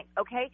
okay